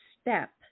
step